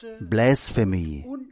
blasphemy